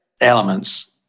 elements